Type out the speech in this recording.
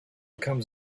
comes